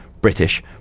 British